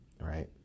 right